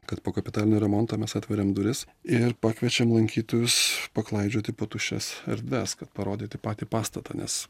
kad po kapitalinio remonto mes atveriam duris ir pakviečiam lankytojus paklaidžioti po tuščias erdves kad parodyti patį pastatą nes